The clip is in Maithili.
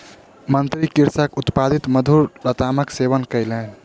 मंत्री कृषकक उत्पादित मधुर लतामक सेवन कयलैन